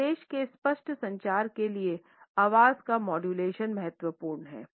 संदेश के स्पष्ट संचार के लिए आवाज़ का मॉड्यूलेशन महत्वपूर्ण है